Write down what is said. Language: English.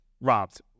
Robbed